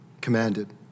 commanded